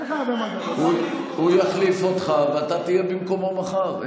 הוא יחליף אותך ואתה תהיה במקומו מחר.